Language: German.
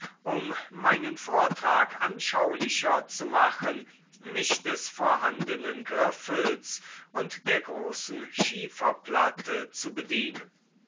um meinen vortrag anschaulicher zu machen mich des vorhandenen griffels und der großen schieferplatte zu bedienen